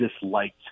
disliked